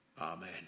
Amen